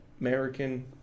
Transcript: American